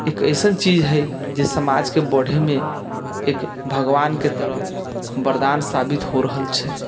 एक एसन चीज है जे समाजके बढ़ैमे एक भगवानके तरह वरदान साबित हो रहल छै